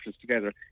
together